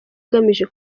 ugamije